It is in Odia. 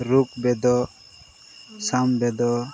ଋଗ୍ବେଦ ସାମ୍ବେଦ